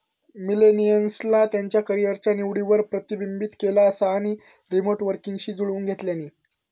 मिलेनियल्सना त्यांच्या करीयरच्या निवडींवर प्रतिबिंबित केला असा आणि रीमोट वर्कींगशी जुळवुन घेतल्यानी